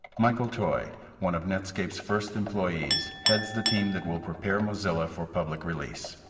michael toy one of netscape's first employees heads the team that will prepare mozilla for public release.